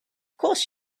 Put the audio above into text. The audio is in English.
course